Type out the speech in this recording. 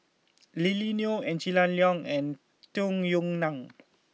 Lily Neo Angela Liong and Tung Yue Nang